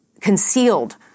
concealed